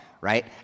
right